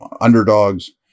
underdogs